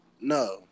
no